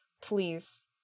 please